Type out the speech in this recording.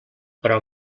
però